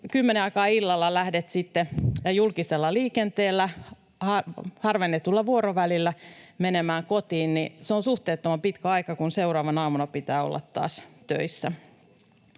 kymmenen aikaan illalla lähtee julkisella liikenteellä harvennetulla vuorovälillä menemään kotiin, niin se on suhteettoman pitkä aika, kun seuraavana aamuna pitää olla taas töissä.